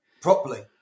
properly